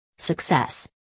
Success